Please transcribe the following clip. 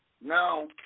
Now